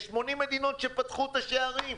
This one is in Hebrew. יש 80 מדינות שפתחו את השערים.